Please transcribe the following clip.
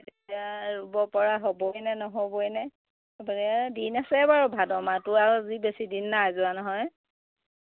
এতিয়া ৰুব পৰা হ'বই নে নহ'বই নে দিন আছে বাৰু ভাদ মাহটো আৰু বেছি দিন নাই যোৱা নহয়